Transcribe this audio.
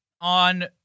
on